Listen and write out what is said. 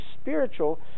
spiritual